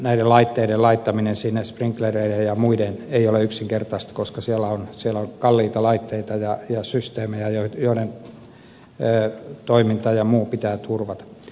näiden laitteiden sprinklereiden ja muiden laittaminen sinne ei ole yksinkertaista koska siellä on kalliita laitteita ja systeemejä joiden toiminta ja muu pitää turvata